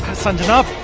sanjana!